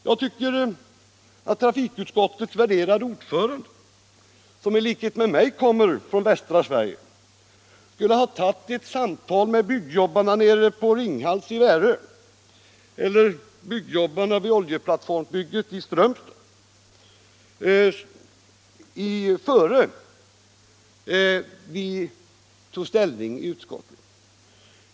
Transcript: Jag tycker att trafikutskottets värderade ordförande, som i likhet med mig kommer från västra Sverige, skulle ha tagit ett samtal med byggjobbarna nere på Ringhals i Värö eller med byggjobbarna vid oljeplattformsbygget i Strömstad, innan utskottet fattade sitt beslut.